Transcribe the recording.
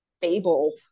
fable